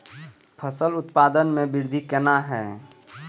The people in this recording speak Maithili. फसल उत्पादन में वृद्धि केना हैं?